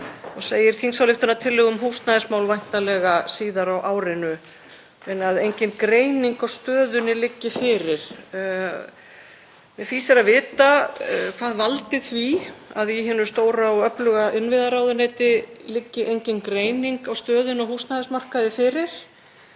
og segir þingsályktunartillögu um húsnæðismál væntanlega síðar á árinu en að engin greining á stöðunni liggi fyrir. Mig fýsir að vita hvað valdi því að í hinu stóra og öfluga innviðaráðuneyti liggi engin greining á stöðunni á húsnæðismarkaði fyrir,